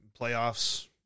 playoffs